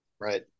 Right